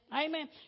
Amen